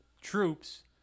troops